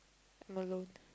I'm alone